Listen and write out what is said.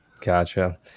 Gotcha